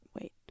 wait